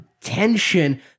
tension